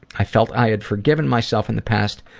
i felt i'd forgiven myself in the past,